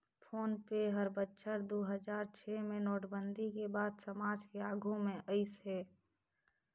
phone पे हर बछर दू हजार छै मे नोटबंदी के बाद समाज के आघू मे आइस हे